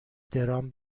درام